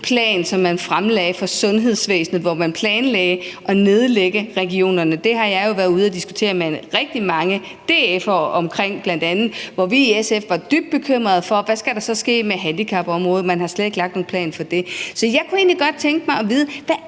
plan, man fremlagde for sundhedsvæsenet, hvor man planlagde at nedlægge regionerne. Det har jeg jo været ude at diskutere med bl.a. rigtig mange DF'ere. Her var vi i SF dybt bekymrede for, hvad der så skulle ske med handicapområdet. Man havde slet ikke lagt en plan for det. Så jeg kunne egentlig godt tænke mig at vide: Hvad